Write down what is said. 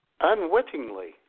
unwittingly